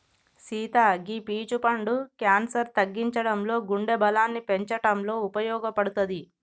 సీత గీ పీచ్ పండు క్యాన్సర్ తగ్గించడంలో గుండె బలాన్ని పెంచటంలో ఉపయోపడుతది